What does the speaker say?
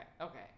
Okay